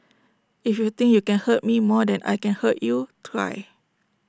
if you think you can hurt me more than I can hurt you try